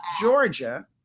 Georgia